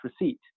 receipt